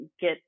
get